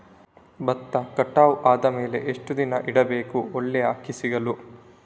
ಭತ್ತ ಕಟಾವು ಆದಮೇಲೆ ಎಷ್ಟು ದಿನ ಇಡಬೇಕು ಒಳ್ಳೆಯ ಅಕ್ಕಿ ಸಿಗಲು?